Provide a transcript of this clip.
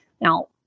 Now